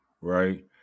right